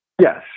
Yes